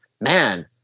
man